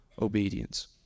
obedience